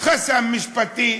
חסם משפטי,